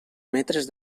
metres